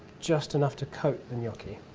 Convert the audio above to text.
just enough to coat the gnocchi.